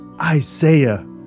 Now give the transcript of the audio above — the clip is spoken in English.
Isaiah